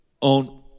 on